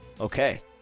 Okay